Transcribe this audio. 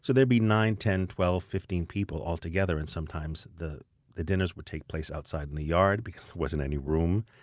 so there'd be nine, twelve, fifteen people altogether, and sometimes the the dinners would take place outside in the yard because there wasn't any room.